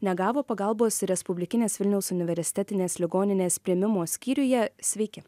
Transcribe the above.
negavo pagalbos respublikinės vilniaus universitetinės ligoninės priėmimo skyriuje sveiki